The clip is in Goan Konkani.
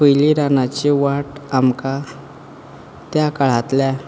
पयलीं रानाची वाट आमकां त्या काळांतल्या